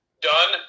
done